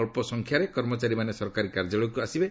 ଅଳ୍ପ ସଂଖ୍ୟାରେ କର୍ମଚାରୀମାନେ ସରକାରୀ କାର୍ଯ୍ୟାଳୟକୁ ଆସିବେ